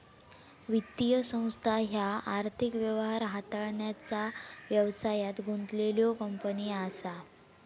वित्तीय संस्था ह्या आर्थिक व्यवहार हाताळण्याचा व्यवसायात गुंतलेल्यो कंपनी असा